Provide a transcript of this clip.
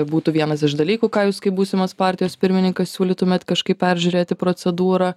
būtų vienas iš dalykų ką jūs kaip būsimas partijos pirmininkas siūlytumėt kažkaip peržiūrėti procedūrą